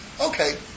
Okay